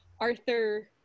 Arthur